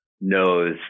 knows